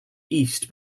east